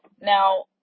Now